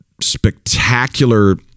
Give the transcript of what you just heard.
spectacular